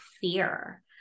fear